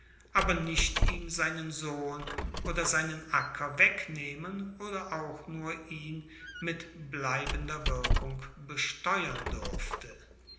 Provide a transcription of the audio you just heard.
aber nicht ihm seinen sohn oder seinen acker wegnehmen oder auch nur ihn mit bleibender wirkung besteuern durfte